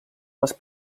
les